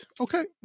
Okay